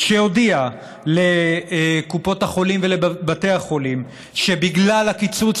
והודיע לקופות החולים ולבתי החולים שבגלל הקיצוץ